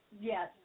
Yes